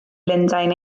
lundain